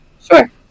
Sure